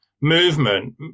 movement